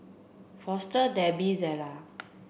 Foster Debbi Zela